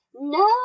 No